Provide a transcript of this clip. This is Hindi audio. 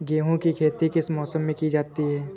गेहूँ की खेती किस मौसम में की जाती है?